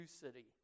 city